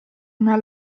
una